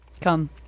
Come